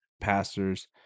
pastors